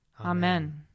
Amen